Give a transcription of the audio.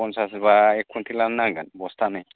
फनसासबा एक कुइनटेलानो नांगोन बस्थानै